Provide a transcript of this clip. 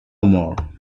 more